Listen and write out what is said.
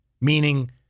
meaning –